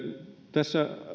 tässä